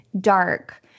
dark